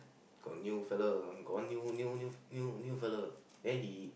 got new fella got one new new new new fella then he